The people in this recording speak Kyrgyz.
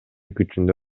күчүндө